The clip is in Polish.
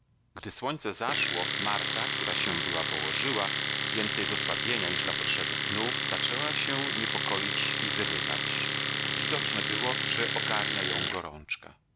gdy słońce zaszło marta która się była położyła więcej z osłabienia niż dla potrzeby snu zaczęła się niepokoić i zrywać widoczne było że ogarnia ją gorączka